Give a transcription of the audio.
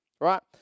right